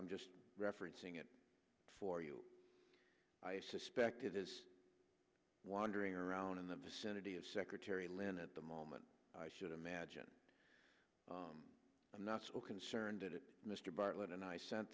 i'm just referencing it for you i suspect it is wandering around in the vicinity of secretary len at the moment i should imagine i'm not so concerned that mr bartlett and i sent